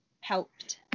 helped